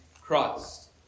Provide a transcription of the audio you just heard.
Christ